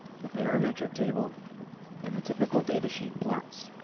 the parametric table and a typical datasheet plots.